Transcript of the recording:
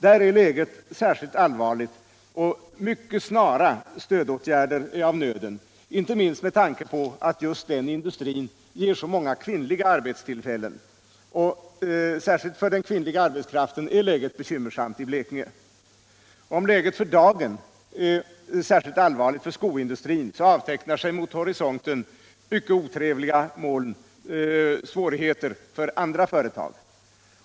Där är läget allvarligt och mycket snara stödåtgärder är av nöden, inte minst med tanke på att just den industrin ger så många kvinnliga arbetstillfällen. Speciellt för den kvinnliga arbetskraften är läget bekymmersamt i Blekinge. Om situationen för dagen är särskilt allvarlig för skoindustrin så avtecknar sig mot horisonten mycket otrevliga moln i form av svårigheter för andra företag.